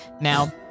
Now